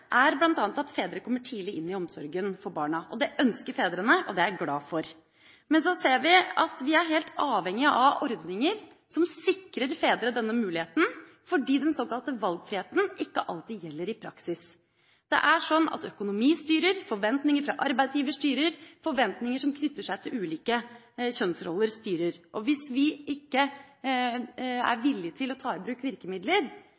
er bl.a. at fedre kommer tidlig inn i omsorgen for barna. Det ønsker fedrene, og det er jeg glad for. Vi ser at vi er helt avhengige av ordninger som sikrer fedre denne muligheten, fordi den såkalte valgfriheten ikke alltid gjelder i praksis. Det er sånn at økonomi styrer, forventninger fra arbeidsgiver styrer, forventninger som knytter seg til ulike kjønnsroller, styrer. Hvis vi ikke er villige til å ta i bruk virkemidler